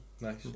Nice